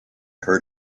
heard